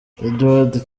edouard